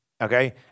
Okay